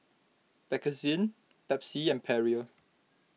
Bakerzin Pepsi and Perrier